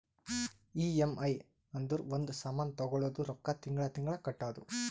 EMI ಅಂದುರ್ ಒಂದ್ ಸಾಮಾನ್ ತಗೊಳದು ರೊಕ್ಕಾ ತಿಂಗಳಾ ತಿಂಗಳಾ ಕಟ್ಟದು